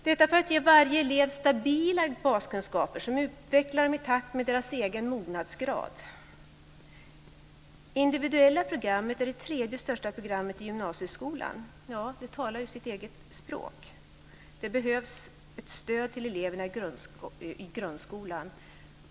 Detta är för att ge varje elev stabila baskunskaper som utvecklar dem i takt med deras egen mognadsgrad. Individuella programmet är det tredje största programmet i gymnasieskolan - ja, det talar ju sitt eget språk. Det behövs ett stöd till eleverna i grundskolan.